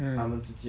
mm